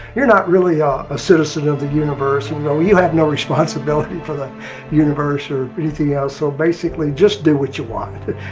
you're not really um a citizen of the universe, you know. you have no responsibility for the universe or anything else, so basically just do what you want. and